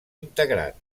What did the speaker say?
integrat